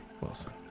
Wilson